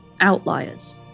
outliers